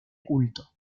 culto